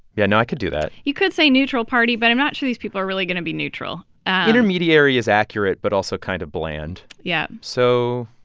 yeah, no, i could do that you could say neutral party, but i'm not sure these people are really going to be neutral intermediary is accurate but also kind of bland yeah so,